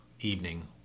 evening